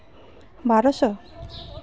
ᱵᱟᱨᱚᱥᱚ